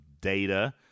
data